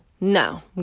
no